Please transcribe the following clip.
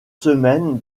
semaines